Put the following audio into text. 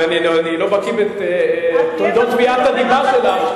אני לא בקי בתולדות תביעת הדיבה שלך,